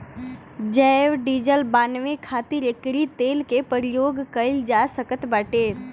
जैव डीजल बानवे खातिर एकरी तेल के प्रयोग कइल जा सकत बाटे